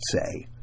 say